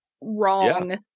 wrong